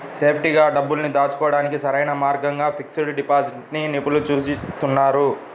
సేఫ్టీగా డబ్బుల్ని దాచుకోడానికి సరైన మార్గంగా ఫిక్స్డ్ డిపాజిట్ ని నిపుణులు సూచిస్తున్నారు